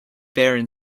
barren